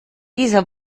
dieser